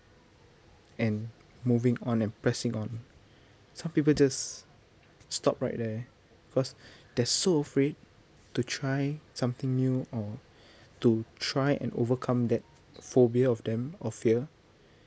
and moving on and pressing on some people just stop right there because they're so afraid to try something new or to try and overcome that phobia of them of fear